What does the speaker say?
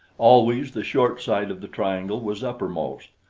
always the short side of the triangle was uppermost.